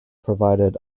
provided